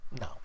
no